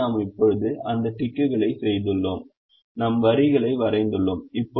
எனவே நாம் இப்போது அந்த டிக்க்குகளை செய்துள்ளோம் நாம் வரிகளை வரைந்துள்ளோம்